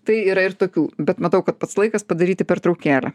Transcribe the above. tai yra ir tokių bet matau kad pats laikas padaryti pertraukėlę